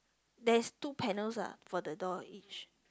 there's two panels ah for the door each